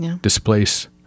displace